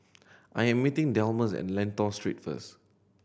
I am meeting Delmus at Lentor Street first